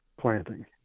planting